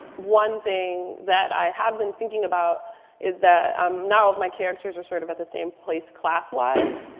one thing that i have been thinking about is that um not all of my characters are sort of at the same place, class wise.